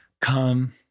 Come